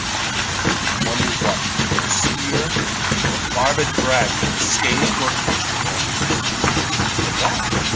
dread lord, the wonder was. for spear nor barbed brand could scathe nor touch the damsels but the wand,